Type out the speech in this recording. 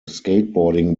skateboarding